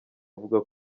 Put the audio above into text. avuga